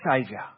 Saviour